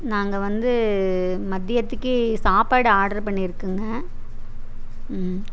நாங்கள் வந்து மதியத்துக்கே சாப்பாடு ஆர்ட்ரு பண்ணிருக்குங்க